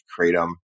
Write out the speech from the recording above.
Kratom